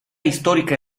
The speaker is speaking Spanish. histórica